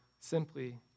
simply